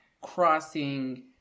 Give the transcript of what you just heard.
crossing